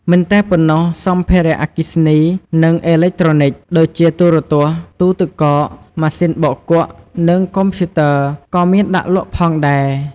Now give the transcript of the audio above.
មិនតែប៉ុណ្ណោះ សម្ភារៈអគ្គិសនី និងអេឡិចត្រូនិក ដូចជាទូរទស្សន៍ ទូទឹកកក ម៉ាស៊ីនបោកគក់ និងកុំព្យូទ័រ ក៏មានដាក់លក់ផងដែរ។